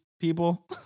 people